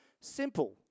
Simple